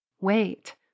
Wait